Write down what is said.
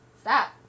Stop